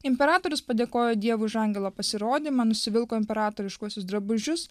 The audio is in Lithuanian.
imperatorius padėkojo dievui už angelo pasirodymą nusivilko imperatoriškuosius drabužius